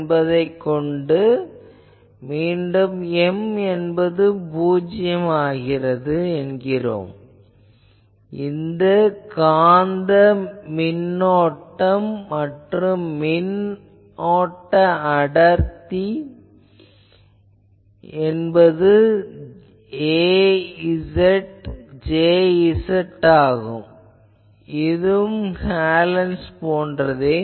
இப்போது மீண்டும் M என்பது பூஜ்யம் என்கிறோம் இது காந்த மின்னோட்டம் மற்றும் மின்னோட்ட அடர்த்தி என்பது az Jz ஆகும் இது ஹாலன்'ஸ் போன்றதே